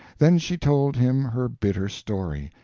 then she told him her bitter story,